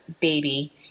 baby